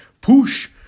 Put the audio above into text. push